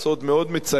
מאוד מצער.